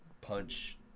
punch